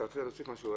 אתה רוצה להוסיף משהו?